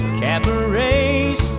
cabarets